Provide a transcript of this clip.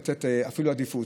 לתת אפילו עדיפות.